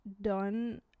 done